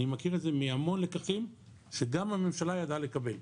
אני מכיר את זה מהמון לקחים שגם הממשלה ידעה לקבל.